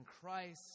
Christ